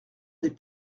des